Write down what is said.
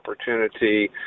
opportunity